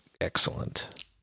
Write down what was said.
excellent